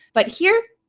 but here,